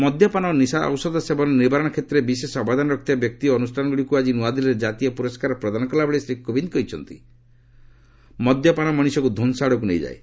ମଦ୍ୟପାନ ଓ ନିଶା ଔଷଧ ସେବନ ନିବାରଣ କ୍ଷେତ୍ରରେ ବିଶେଷ ଅବଦାନ ରଖିଥିବା ବ୍ୟକ୍ତି ଓ ଅନ୍ରଷ୍ଠାନଗ୍ରଡ଼ିକ୍ ଆକି ନ୍ତଆଦିଲ୍ଲୀରେ ଜାତୀୟ ପ୍ରରସ୍କାର ପ୍ରଦାନ କଲାବେଳେ ଶ୍ରୀ କୋବିନ୍ଦ କହିଛନ୍ତି ମଦ୍ୟପାନ ମଣିଷକୁ ଧ୍ୱଂସ ଆଡ଼କୁ ନେଇଯାଏ